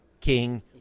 king